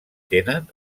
tenen